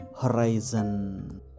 horizon